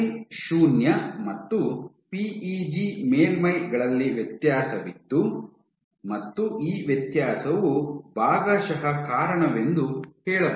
talin ಶೂನ್ಯ ಮತ್ತು PEG ಮೇಲ್ಮೈಗಳಲ್ಲಿ ವ್ಯತ್ಯಾಸವಿದ್ದು ಮತ್ತು ಈ ವ್ಯತ್ಯಾಸವು ಭಾಗಶಃ ಕಾರಣವೆಂದು ಹೇಳಬಹುದು